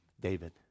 David